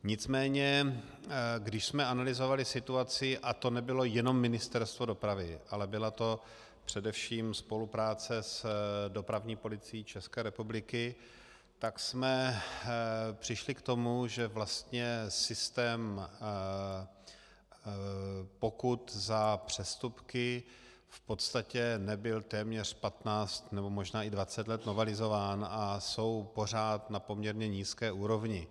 Nicméně když jsme analyzovali situaci, a to nebylo jenom Ministerstvo dopravy, ale byla to především spolupráce s dopravní policií ČR, tak jsme přišli k tomu, že vlastně systém pokut za přestupky v podstatě nebyl téměř 15 nebo i 20 let novelizován, a jsou pořád na poměrně nízké úrovni.